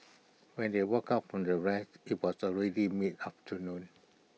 when they woke up from their rest IT was already mid afternoon